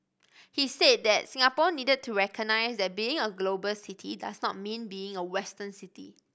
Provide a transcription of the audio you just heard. he said that Singapore needed to recognise that being a global city does not mean being a Western city